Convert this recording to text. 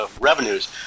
revenues